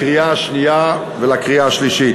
קריאה שנייה ושלישית.